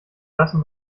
lassen